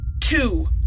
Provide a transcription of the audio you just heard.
two